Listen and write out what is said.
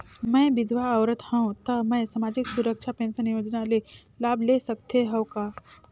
मैं विधवा औरत हवं त मै समाजिक सुरक्षा पेंशन योजना ले लाभ ले सकथे हव का?